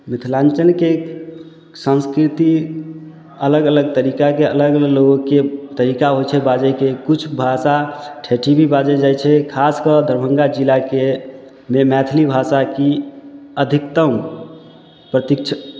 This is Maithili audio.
मिथिलाञ्चलके संस्कृति अलग अलग तरीकाके अलग अलग लोकके तरीका होइ छै बाजैके किछु भाषा ठेठी भी बाजै जाइ छै खासकऽ दरभङ्गा जिलाकेमे मैथिली भाषा की अधिकतम प्रतीक्षा